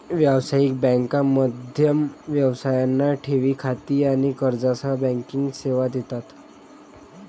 व्यावसायिक बँका मध्यम व्यवसायांना ठेवी खाती आणि कर्जासह बँकिंग सेवा देतात